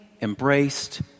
embraced